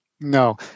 no